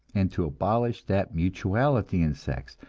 and to abolish that mutuality in sex,